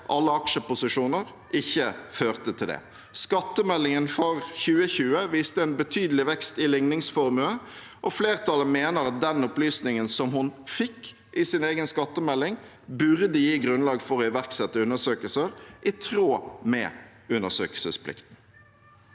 alle aksjeposisjoner, ikke førte til det. Skattemeldingen for 2020 viste en betydelig vekst i ligningsformue, og flertallet mener at den opplysningen hun fikk i sin egen skattemelding, burde gi grunnlag for å iverksette undersøkelser i tråd med undersøkelsesplikten.